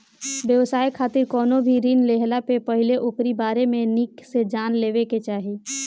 व्यवसाय खातिर कवनो भी ऋण लेहला से पहिले ओकरी बारे में निक से जान लेवे के चाही